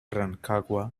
rancagua